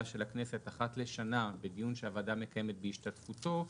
של הכנסת אחת לשנה בדיון שהוועדה מקיימת בהשתתפותו,